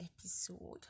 episode